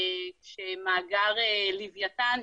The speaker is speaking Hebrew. כשמאגר לווייתן,